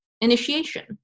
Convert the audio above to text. initiation